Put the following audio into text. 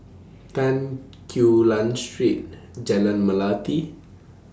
Tan Quee Lan Street Jalan Melati